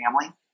family